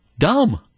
dumb